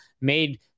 made